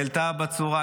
והעלתה בצורה,